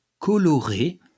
coloré